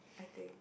I think